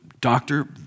doctor